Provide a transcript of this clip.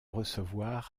recevoir